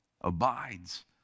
abides